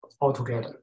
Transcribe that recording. altogether